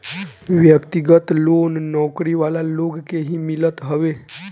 व्यक्तिगत लोन नौकरी वाला लोग के ही मिलत हवे